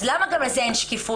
אז למה גם בזה אין שקיפות?